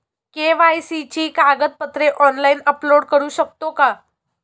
KYC ची कागदपत्रे online upload करू शकतो का?